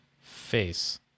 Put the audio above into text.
face